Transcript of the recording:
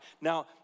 Now